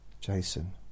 Jason